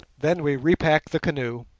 then we repacked the canoe,